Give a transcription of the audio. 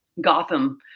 Gotham